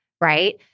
right